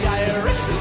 irish